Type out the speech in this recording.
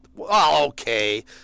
Okay